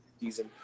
season